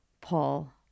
Paul